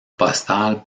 postale